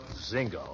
zingo